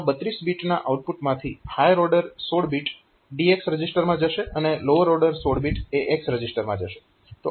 આ 32 બીટના આઉટપુટમાંથી હાયર ઓર્ડર 16 બીટ DX રજીસ્ટરમાં જશે અને લોઅર ઓર્ડર 16 બીટ AX રજીસ્ટરમાં જશે